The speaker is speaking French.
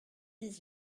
dix